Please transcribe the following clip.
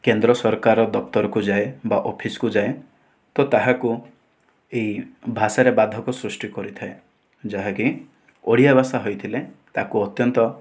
କେନ୍ଦ୍ର ସରକାରର ଦଫତରକୁ ଯାଏ ବା ଅଫିସ୍କୁ ଯାଏ ତ ତାହାକୁ ଏଇ ଭାଷାରେ ବାଧକ ସୃଷ୍ଟି କରିଥାଏ ଯାହାକି ଓଡ଼ିଆ ଭାଷା ହେଇଥିଲେ ତାକୁ ଅତ୍ୟନ୍ତ